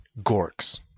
Gorks